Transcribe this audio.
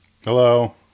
Hello